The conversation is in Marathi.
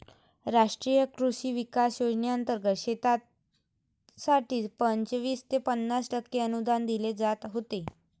राष्ट्रीय कृषी विकास योजनेंतर्गत शेतीसाठी पंचवीस ते पन्नास टक्के अनुदान दिले जात होते